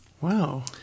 Wow